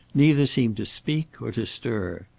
neither seemed to speak or to stir.